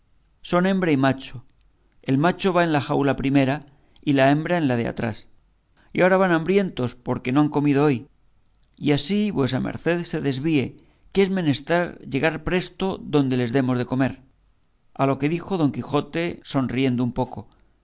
son hembra y macho el macho va en esta jaula primera y la hembra en la de atrás y ahora van hambrientos porque no han comido hoy y así vuesa merced se desvíe que es menester llegar presto donde les demos de comer a lo que dijo don quijote sonriéndose un poco